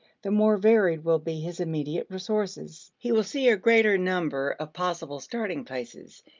the more varied will be his immediate resources. he will see a greater number of possible starting places,